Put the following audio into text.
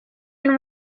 and